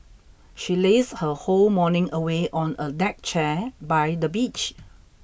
she lazed her whole morning away on a deck chair by the beach